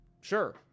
Sure